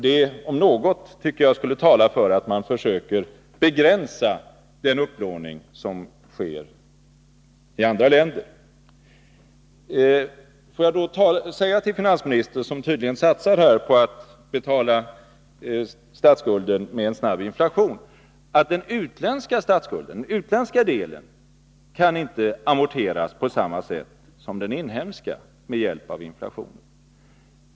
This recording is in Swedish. Det, om något, talar för att man bör försöka begränsa den upplåning som sker i andra länder. Låt mig säga till finansministern, som tydligen satsar på att betala statsskulden med en snabb inflation, att den utländska delen av statsskulden inte på samma sätt som den inhemska kan amorteras med hjälp av inflationen.